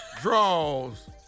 Draws